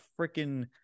freaking